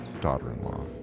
daughter-in-law